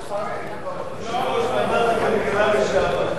יושב-ראש ועדת הכלכלה לשעבר.